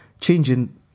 changing